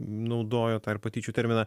naudojo tą ir patyčių terminą